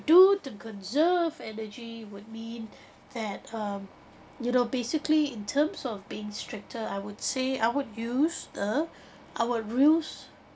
do to conserve energy would mean that um you know basically in terms of being stricter I would say I would use a our rules